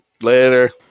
Later